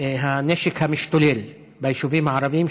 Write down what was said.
הנשק המשתוללת ביישובים הערביים,